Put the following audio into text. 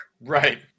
Right